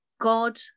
God